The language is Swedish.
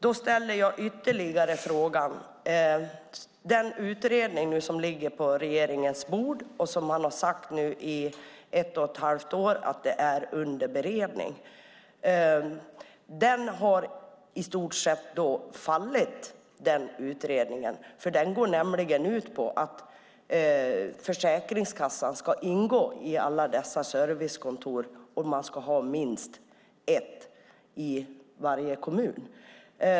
Då ställer jag ytterligare en fråga. Den utredning som ligger på regeringens bord och som, enligt vad man nu har sagt i ett och ett halvt år, är under beredning har i stort sett fallit. Den går nämligen ut på att Försäkringskassan ska ingå i alla dessa servicekontor, och man ska ha minst ett i varje kommun.